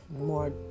more